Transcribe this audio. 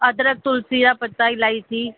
अदरक तुलसी जा पत्ता इलायची